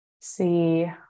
see